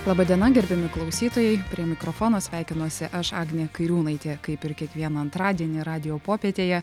laba diena gerbiami klausytojai prie mikrofono sveikinuosi aš agnė kairiūnaitė kaip ir kiekvieną antradienį radijo popietėje